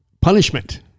punishment